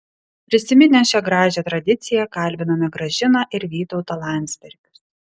prisiminę šią gražią tradiciją kalbiname gražiną ir vytautą landsbergius